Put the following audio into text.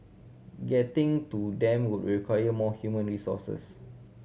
getting to them would require more human resources